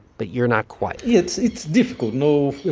but you're not quite? it's it's difficult. no,